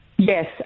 Yes